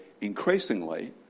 increasingly